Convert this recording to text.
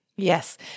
Yes